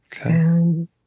Okay